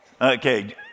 Okay